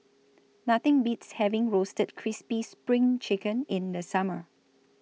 Nothing Beats having Roasted Crispy SPRING Chicken in The Summer